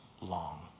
long